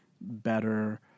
better